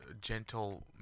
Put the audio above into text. gentle